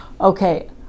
Okay